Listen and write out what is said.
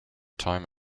time